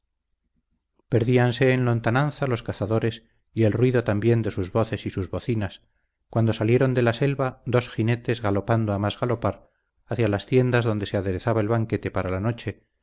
horas perdíanse en lontananza los cazadores y el ruido también de sus voces y sus bocinas cuando salieron de la selva dos jinetes galopando a más galopar hacia las tiendas donde se aderezaba el banquete para la noche